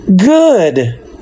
Good